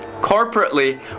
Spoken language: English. Corporately